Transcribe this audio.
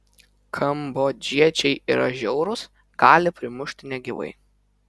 kambodžiečiai yra žiaurūs gali primušti negyvai